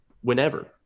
whenever